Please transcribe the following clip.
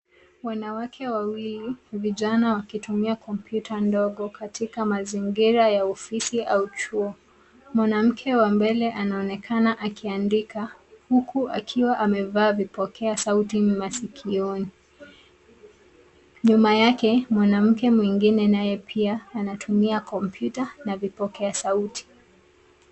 Wanawake wawili, vijana, wakitumia kompyuta ndogo, katika mazingira ya ofisi, au chuo. Mwanamke wa mbele anaonekana akiandika, huku akiwa amevaa vipokea sauti masikioni. Nyuma yake, mwanamke mwingine naye pia, anatumia kompyuta, na vipokea sauti.